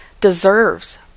deserves